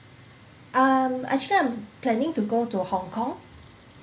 um actually I'm planning to go to hong kong